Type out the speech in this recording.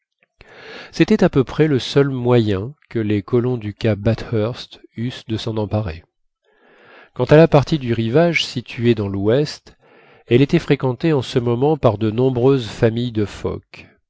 c'était à peu près le seul moyen que les colons du cap bathurst eussent de s'en emparer quant à la partie du rivage située dans l'ouest elle était fréquentée en ce moment par de nombreuses familles de phoques